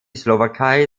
slowakei